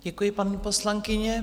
Děkuji, paní poslankyně.